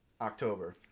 october